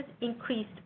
increased